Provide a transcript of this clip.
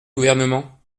gouvernement